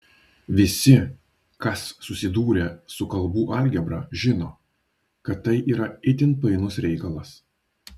visi kas susidūrę su kalbų algebra žino kad tai yra itin painus reikalas